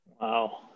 Wow